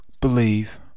believe